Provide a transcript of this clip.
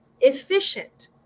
efficient